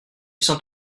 saint